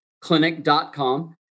clinic.com